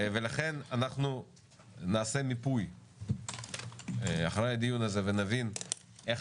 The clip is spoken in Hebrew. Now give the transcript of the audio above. לכן נעשה מיפוי אחרי הדיון הזה ונבין איך